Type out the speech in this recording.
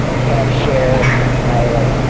can i share my, like,